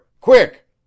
quick